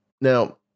now